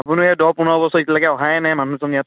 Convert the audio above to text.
আপুনিও সেই দহ পোন্ধৰ বছৰ এতিয়ালৈকে অহাই নাই মানুহজন ইয়াত